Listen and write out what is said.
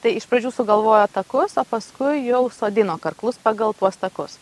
tai iš pradžių sugalvojo takus o paskui jau sodino karklus pagal tuos takus